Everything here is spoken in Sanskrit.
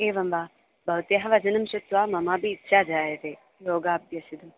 एवं वा भवत्याः वचनं श्रुत्वा ममापि इच्छा जायते योगाभ्यसितुं